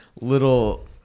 little